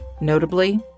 Notably